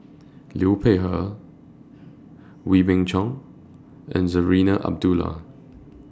Liu Peihe Wee Beng Chong and Zarinah Abdullah